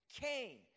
Cain